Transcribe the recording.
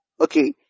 okay